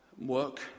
work